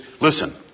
Listen